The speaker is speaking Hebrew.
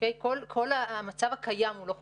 כל המצב הקיים הוא לא חוקי,